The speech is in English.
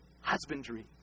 husbandry